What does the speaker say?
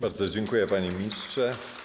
Bardzo dziękuję, panie ministrze.